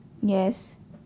yes